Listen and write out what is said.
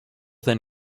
than